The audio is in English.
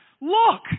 look